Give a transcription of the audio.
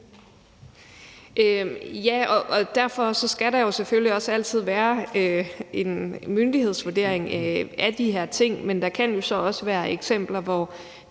Ja, og derfor skal der jo selvfølgelig også altid være en myndighedsvurdering af de her ting, men der kan så også være eksempler, hvor